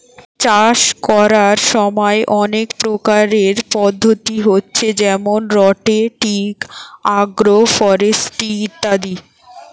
চাষ কোরার সময় অনেক প্রকারের পদ্ধতি হচ্ছে যেমন রটেটিং, আগ্রফরেস্ট্রি ইত্যাদি